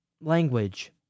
language